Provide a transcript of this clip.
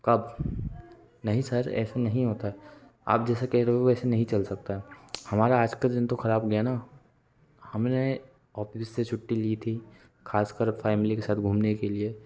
कब नहीं सर ऐसे नहीं होता आप जैसा कह रहे हो वैसा नहीं चल सकता हमारा आज का दिन तो खराब गया ना हमने औप्लीस से छुट्टी ली थी खास कर फैमिली के साथ घूमने के लिए